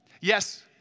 Yes